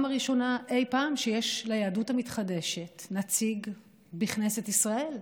הראשונה אי פעם שיש ליהדות המתחדשת נציג בכנסת ישראל.